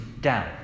doubt